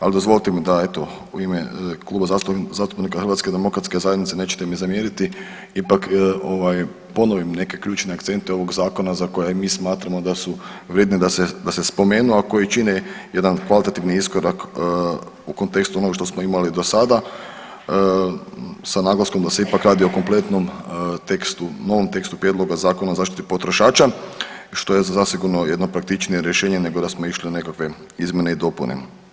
Ali dozvolite mi da eto u ime Kluba zastupnika Hrvatske demokratske zajednice nećete mi zamjeriti ipak ponovim neke ključne akcente ovog zakona za kojeg mi smatramo da su vrijedni da se spomenu, a koji čine jedan kvalitetan iskorak u kontekstu onog što smo imali do sada sa naglaskom da se ipak radi o kompletnom tekstu, novom tekstu Prijedloga zakona o zaštiti potrošača što je zasigurno jedno praktičnije rješenje nego da smo išli na nekakve izmjene i dopune.